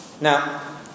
Now